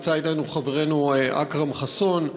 ונמצא אתנו חברנו אכרם חסון,